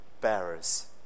bearers